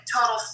total